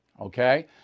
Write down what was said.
okay